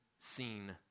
Seen